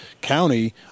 County